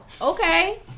okay